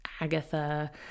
Agatha